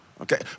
okay